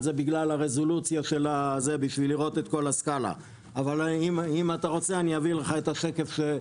בגלל הרזולוציה, אבל אם אתה רוצה אביא לך את השקף.